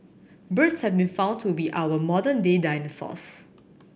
birds have been found to be our modern day dinosaurs